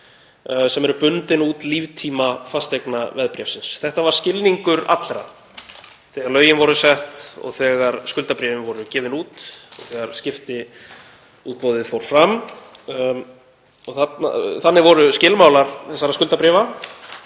sem eru bundin út líftíma fasteignaveðbréfsins. Þetta var skilningur allra þegar lögin voru sett, þegar skuldabréfin voru gefin út og þegar skiptiútboðið fór fram. Þannig voru skilmálar þessara skuldabréfa.